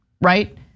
right